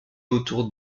autour